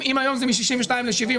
אם היום זה מ-62 ל-70,